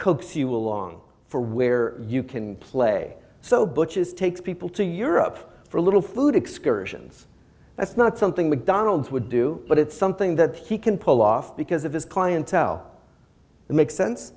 coax you along for where you can play so butch is take people to europe for a little food excursions that's not something mcdonald's would do but it's something that he can pull off because of his clientele it makes sense